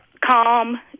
calm